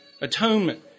atonement